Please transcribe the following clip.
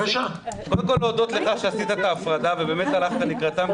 קודם כל להודות לך שעשית את ההפרדה ובאמת הלכת לקראתם,